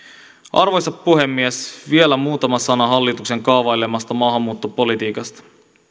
arvoisa puhemies vielä muutama sana hallituksen kaavailemasta maahanmuuttopolitiikasta